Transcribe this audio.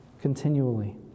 continually